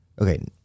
Okay